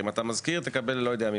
אם אתה מזכיר, תקבל לא יודע ממי.